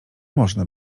można